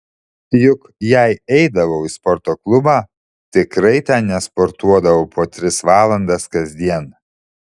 juk jei eidavau į sporto klubą tikrai ten nesportuodavau po tris valandas kasdien